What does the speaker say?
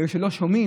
בגלל שלא שומעים,